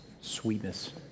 sweetness